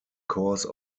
cause